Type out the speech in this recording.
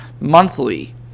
monthly